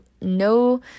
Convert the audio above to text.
no